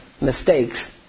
mistakes